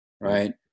right